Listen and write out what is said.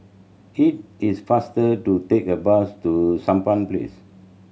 it is faster to take a bus to Sampan Place